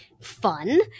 fun